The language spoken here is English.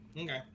Okay